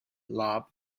lab